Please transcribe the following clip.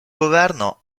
governo